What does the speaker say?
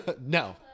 No